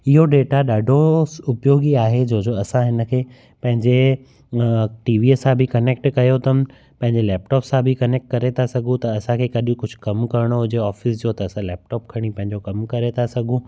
इहो डेटा ॾाढो उपयोगी आहे जो असां हिन खे पंहिंजे टीवीअ सां बि कनैक्ट कयो अथनि पंहिंजे लैपटॉप सां बि कनैक्ट करे था सघूं त असांखे कॾहिं कुझु कमु करिणो हुजे ऑफ़िस जो त असां लैपटॉप खणी पंहिंजो कमु करे था सघूं